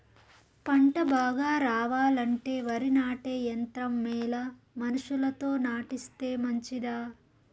పంట బాగా రావాలంటే వరి నాటే యంత్రం మేలా మనుషులతో నాటిస్తే మంచిదా?